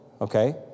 okay